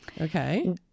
Okay